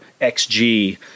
xg